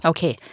Okay